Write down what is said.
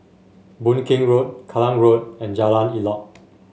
Boon Keng Road Kallang Road and Jalan Elok